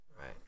Right